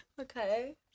Okay